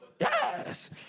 Yes